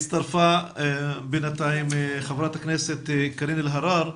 הצטרפה בינתיים חברת הכנסת קארין אלהרר.